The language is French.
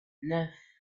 neuf